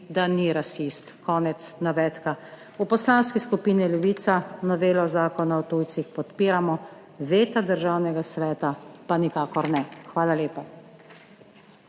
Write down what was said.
da ni rasist.« Konec navedka. V Poslanski skupini Levica novelo Zakona o tujcih podpiramo, veta Državnega sveta pa nikakor ne. Hvala lepa.